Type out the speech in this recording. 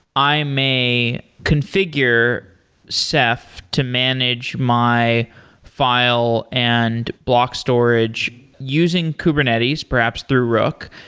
i may configure ceph to manage my file and block storage using kubernetes, perhaps through rook.